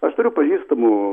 aš turiu pažįstamų